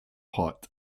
hot